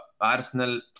Arsenal